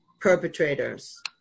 perpetrators